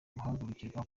guhagurukirwa